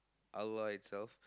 our lord itself